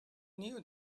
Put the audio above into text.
knew